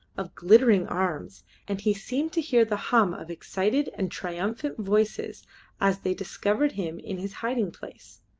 of glittering arms and he seemed to hear the hum of excited and triumphant voices as they discovered him in his hiding-place.